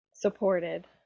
supported